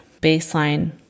baseline